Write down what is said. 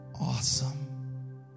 awesome